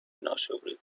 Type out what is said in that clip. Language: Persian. ناشکرید